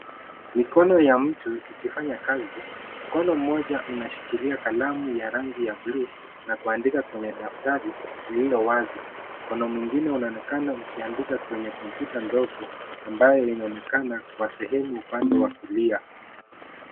Mikono ya mtu ikifanya kazi. Mkono mmoja unashikilia kalamu ya rangi ya bluu na kuandika kwenye daftari lililo wazi. Mkono mwingine unaonekana ukiandika kwenye kompyuta ndogo ambayo inaonekana kwa sehemu upande wa kulia.